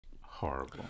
horrible